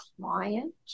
client